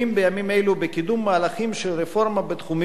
אלו בקידום מהלכים של רפורמה בתחומים שונים: